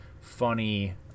funny